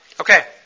Okay